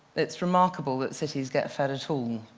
it's remarkable that cities get fed at all.